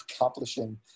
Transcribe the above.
accomplishing